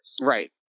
Right